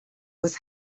was